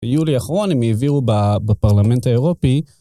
ביולי האחרון הם העבירו בפרלמנט האירופי.